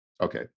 okay